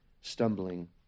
stumbling